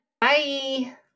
Bye